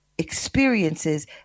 Experiences